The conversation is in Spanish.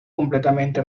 completamente